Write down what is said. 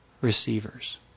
Receivers